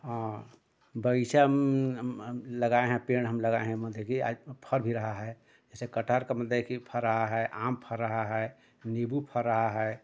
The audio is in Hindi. हाँ बै सब हम हम हम लगाए हैं पेड़ हम लगाए हैं मधे कि आज फल भी रहा है जैसे कटहर का मतलब कि फल रहा है आम फल रहा है नीम्बू फल रहा है